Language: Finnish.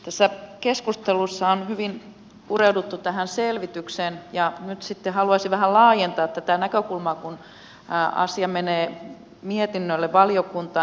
tässä keskustelussa on hyvin pureuduttu tähän selvitykseen ja nyt sitten haluaisin vähän laajentaa tätä näkökulmaa kun asia menee mietinnölle valiokuntaan